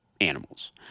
animals